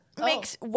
makes